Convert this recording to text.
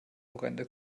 horrende